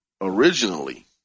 Originally